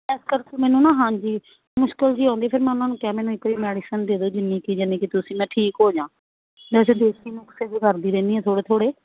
ਇਸ ਕਰਕੇ ਮੈਨੂੰ ਨਾ ਹਾਂਜੀ ਮੁਸ਼ਕਿਲ ਜੀ ਆਉਂਦੀ ਫਿਰ ਮੈਂ ਉਹਨਾਂ ਨੂੰ ਕਿਹਾ ਮੈਨੂੰ ਇੱਕ ਵਾਰੀ ਮੈਡੀਸਨ ਦੇ ਦਿਓ ਜਿੰਨੀ ਕ ਜਾਨੀ ਕਿ ਤੁਸੀਂ ਮੈਂ ਠੀਕ ਹੋ ਜਾ ਵੈਸੇ ਦੇਸ਼ੀ ਨੁਕਸੇ ਵੀ ਕਰਦੀ ਰਹਿੰਦੀ ਹਾਂ ਥੋੜ੍ਹੇ ਥੋੜ੍ਹੇ